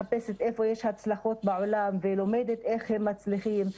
מחפשת איפה יש הצלחות בעולם ולומדת איך הם מצליחים.